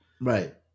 Right